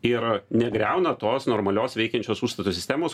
ir negriauna tos normalios veikiančios užstato sistemos